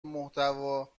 محتوا